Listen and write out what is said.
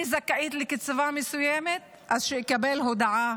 אני זכאית לקצבה מסוימת, אז שאקבל הודעה